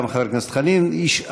גם חבר הכנסת חנין ישאל,